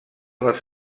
les